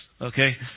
okay